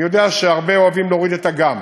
אני יודע שהרבה אוהבים להוריד את ה"גם":